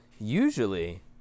usually